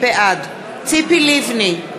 בעד ציפי לבני,